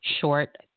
short